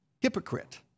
hypocrite